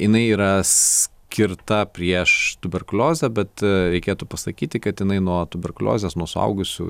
jinai yra skirta prieš tuberkuliozę bet reikėtų pasakyti kad jinai nuo tuberkuliozės nuo suaugusių